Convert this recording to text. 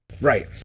Right